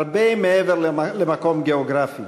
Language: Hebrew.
הרבה מעבר למקום גיאוגרפי.